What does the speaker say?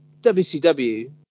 wcw